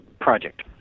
project